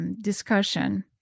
Discussion